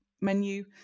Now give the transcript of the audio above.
menu